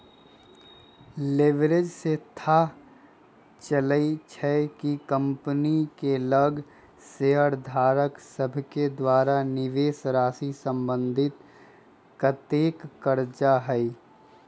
leverage से थाह चलइ छइ कि कंपनी के लग शेयरधारक सभके द्वारा निवेशराशि संबंधित कतेक करजा हइ